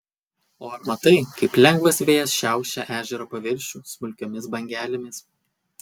o ar matai kaip lengvas vėjas šiaušia ežero paviršių smulkiomis bangelėmis